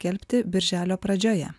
skelbti birželio pradžioje